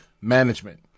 management